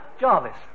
Jarvis